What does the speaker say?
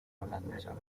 holandesa